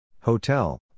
Hotel